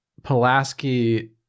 Pulaski